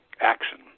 action